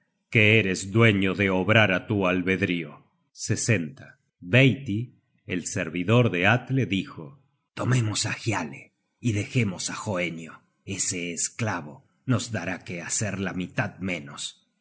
que eres dueño de obrar á tu albedrio beiti el servidor de atle dijo tomemos á hiale y dejemos á hoenio ese esclavo nos dará que hacer la mitad menos